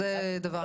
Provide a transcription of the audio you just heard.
זה דבר ראשון.